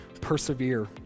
persevere